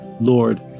Lord